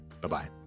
Bye-bye